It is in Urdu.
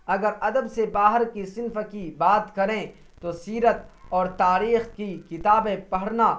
اگر ادب سے باہر کی صنف کی بات کریں تو سیرت اور تاریخ کی کتابیں پڑھنا